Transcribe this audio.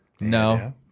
no